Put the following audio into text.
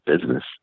business